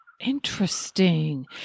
Interesting